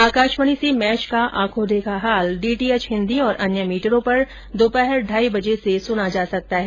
आकाशवाणी से मैच का आंखो देखा हाल डीटीएच हिन्दी और अन्य मीटरों पर दोपहर ढाई बजे से सुना जा सकता है